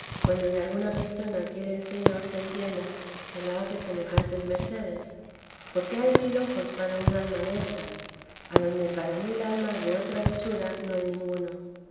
cuando de alguna persona quiere el señor se entienda que la hace semejantes mercedes porque hay mil ojos para un alma destas adonde para mil almas de otra hechura no hay ninguno